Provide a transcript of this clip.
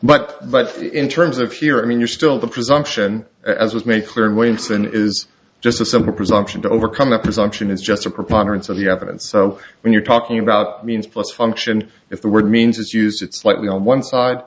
but but in terms of here i mean you're still the presumption as was made clear in winson is just a simple presumption to overcome the presumption is just a preponderance of the evidence so when you're talking about means plus function if the word means is used it's likely on one side